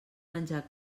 menjar